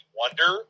wonder